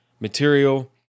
material